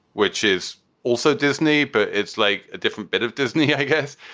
which is also disney. but it's like a different bit of disney, i guess.